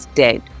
dead